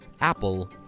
Apple